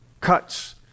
cuts